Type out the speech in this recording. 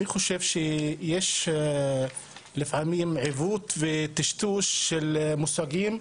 אני חושב שיש לפעמים עיוות וטשטוש של מושגים,